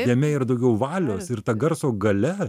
jame yra daugiau valios ir ta garso galia